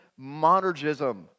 monergism